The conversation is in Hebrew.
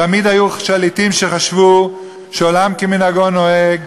תמיד היו שליטים שחשבו שעולם כמנהגו נוהג,